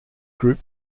group